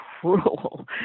cruel